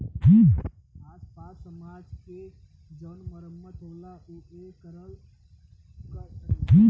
आस पास समाज के जउन मरम्मत होला ऊ ए कर होला